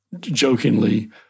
jokingly